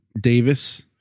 Davis